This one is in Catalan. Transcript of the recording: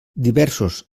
diversos